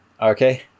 okay